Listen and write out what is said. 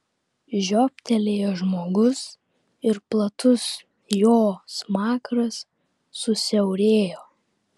žiobtelėjo žmogus ir platus jo smakras susiaurėjo